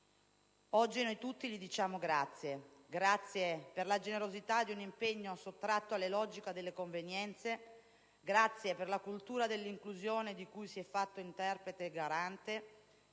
Oggi noi tutti gli diciamo grazie. Grazie per la generosità di un impegno sottratto alla logica delle convenienze. Grazie per la cultura dell'inclusione di cui si è fatto interprete e garante.